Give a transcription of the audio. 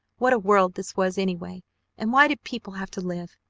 what a world this was anyway and why did people have to live?